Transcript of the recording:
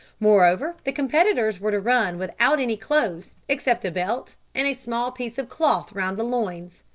moreover, the competitors were to run without any clothes, except a belt and a small piece of cloth round the loins.